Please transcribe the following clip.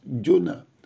Jonah